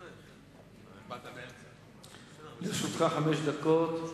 חבר הכנסת צרצור, לרשותך חמש דקות.